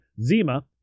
Zima